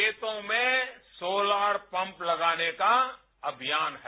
खेतों में solar pump लगाने का अनियान है